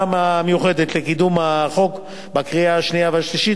המיוחדת לקידום החוק לקריאה השנייה והשלישית.